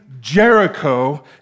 Jericho